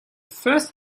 first